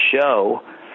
show